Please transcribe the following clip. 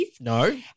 No